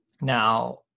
Now